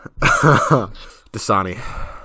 Dasani